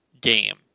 game